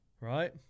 right